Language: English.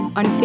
on